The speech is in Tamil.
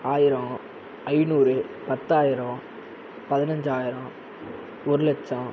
ஆயிரம் ஐநூறு பத்தாயிரம் பதினஞ்சாயிரம் ஒரு லட்சம்